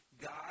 God